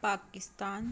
Pakistan